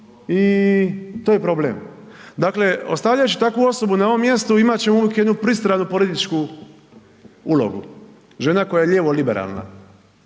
i to je problem. Dakle, ostavljavši takvu osobu na ovom mjestu imat ćemo jednu pristanu političku ulogu, žena koja je lijevo liberalna,